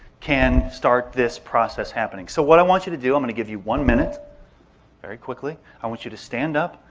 can start this process happening. so what i want you to do, i'm going to give you one minute very quickly. i want you to stand up,